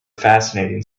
fascinating